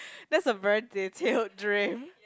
that's a very detailed dream